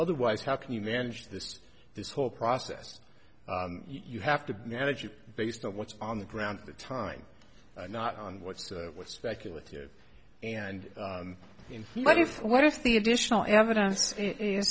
otherwise how can you manage this this whole process you have to manage it based on what's on the ground at the time not on what's with speculative and in what if what if the additional evidence